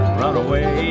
runaway